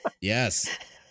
Yes